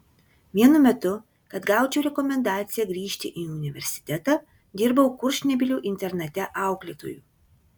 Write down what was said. vienu metu kad gaučiau rekomendaciją grįžti į universitetą dirbau kurčnebylių internate auklėtoju